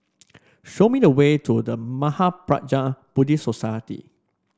show me the way to The Mahaprajna Buddhist Society